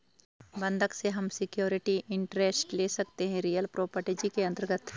बंधक से हम सिक्योरिटी इंटरेस्ट ले सकते है रियल प्रॉपर्टीज के अंतर्गत